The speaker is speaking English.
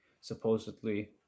supposedly